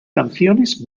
canciones